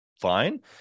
fine